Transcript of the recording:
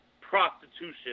prostitution